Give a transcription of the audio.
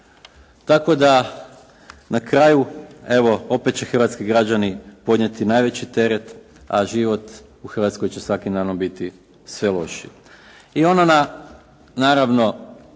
Tako da na kraju, evo opet će hrvatski građani podnijeti najveći teret, a život u Hrvatskoj će svakim danom biti sve lošiji. I ono, naravno